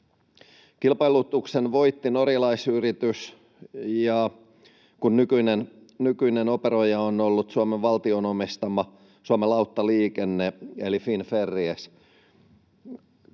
Kilpailutuksen voitti norjalaisyritys, kun nykyinen operoija on ollut Suomen valtion omistama Suomen Lauttaliikenne eli Finferries.